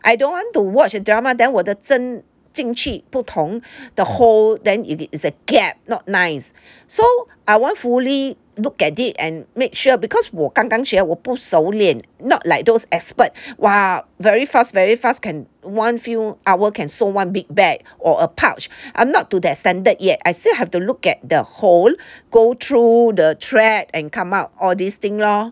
I don't want to watch a drama then 我的针进去不同的 hole then it is a gap not nice so I want fully look at it and make sure because 我刚刚学我不熟练 not like those expert !wah! very fast very fast can one few hour can sew one big bag or a pouch I'm not to that standard yet I still have to look at the hole go through the thread and come out all these thing lor